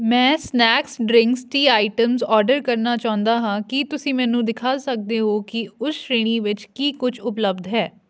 ਮੈਂ snacks drinks tea items order ਕਰਨਾ ਚਾਹੁੰਦਾ ਹਾਂ ਕੀ ਤੁਸੀਂ ਮੈਨੂੰ ਦਿਖਾ ਸਕਦੇ ਹੋ ਕਿ ਉਸ ਸ਼੍ਰੇਣੀ ਵਿੱਚ ਕੀ ਕੁਛ ਉਪਲੱਬਧ ਹੈ